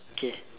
okay